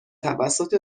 توسط